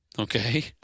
Okay